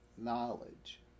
knowledge